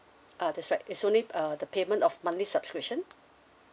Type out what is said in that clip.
ah that's right it's only uh the payment of monthly subscription